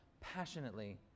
passionately